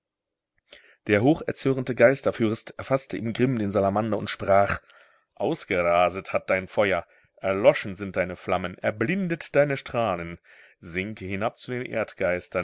der hocherzürnte geisterfürst erfaßte im grimm den salamander und sprach ausgeraset hat dein feuer erloschen sind deine flammen erblindet deine strahlen sinke hinab